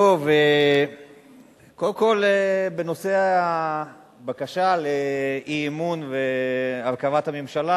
קודם כול בנושא הבקשה לאי-אמון והרכבת הממשלה.